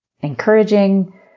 encouraging